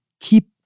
keep